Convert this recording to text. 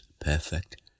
perfect